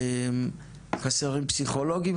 חסרים פסיכולוגים,